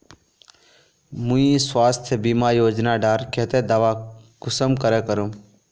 मुई स्वास्थ्य बीमा योजना डार केते दावा कुंसम करे करूम?